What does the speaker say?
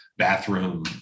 bathroom